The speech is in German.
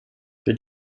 für